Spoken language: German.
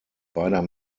beider